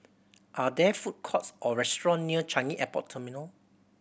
are there food courts or restaurant near Changi Airport Terminal